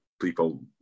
people